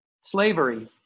slavery